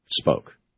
spoke